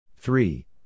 Three